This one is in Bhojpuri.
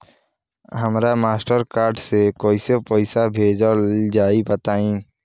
हमरा मास्टर कार्ड से कइसे पईसा भेजल जाई बताई?